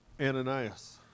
Ananias